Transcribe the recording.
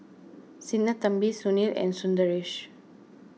Sinnathamby Sunil and Sundaresh